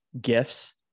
gifts